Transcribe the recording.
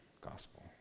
gospel